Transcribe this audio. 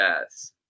Yes